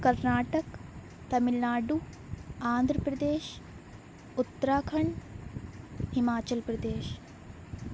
Karnataka Tamil Nadu Andhra Pradesh Uttarakhand Himachal Pradesh